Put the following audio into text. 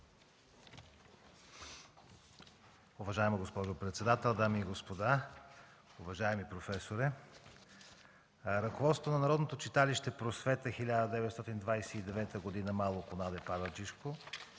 Уважаема госпожо председател, дами и господа, уважаеми професоре! Ръководството на Народно читалище „Просвета 1929” – село Мало Конаре, Пазарджишко,